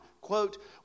quote